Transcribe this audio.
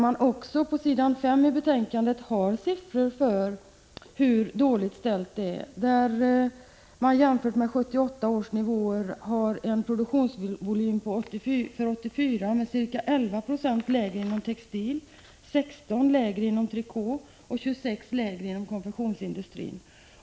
På s. 5 i betänkandet redovisas siffror som visar hur dåligt ställt det är. Jämfört med 1978 års nivåer var produktionsvolymen för 1984 ca 11 96 lägre inom textilindustrin, ca 16 90 lägre inom trikåindustrin och ca 26 20 lägre inom konfektionsindustrin.